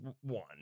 one